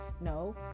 no